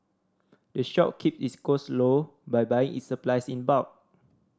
the shop keep its cost low by buying its supplies in bulk